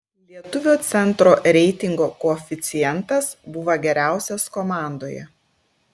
lietuvio centro reitingo koeficientas buvo geriausias komandoje